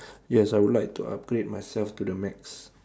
yes I would like to upgrade myself to the max